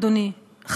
אדוני,